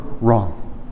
wrong